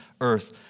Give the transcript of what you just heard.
earth